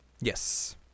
Yes